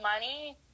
money